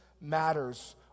matters